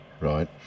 Right